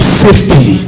safety